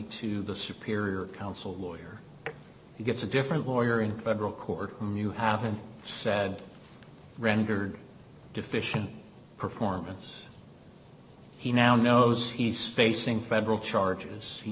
to the superior council lawyer he gets a different lawyer in federal court whom you haven't said rendered deficient performance he now knows he's facing federal charges he